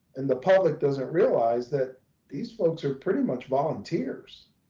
and the public doesn't realize that these folks are pretty much volunteers.